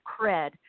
cred